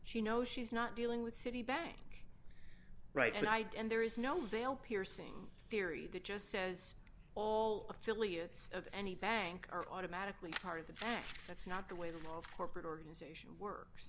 she knows she's not dealing with citibank right and i'd and there is no veil piercing theory that just says all of ciliates of any bank are automatically part of the act that's not the way the law of corporate organization works